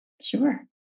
Sure